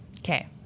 Okay